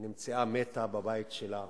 נמצאה מתה בבית שלה.